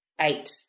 Eight